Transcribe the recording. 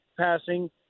passing